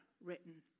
written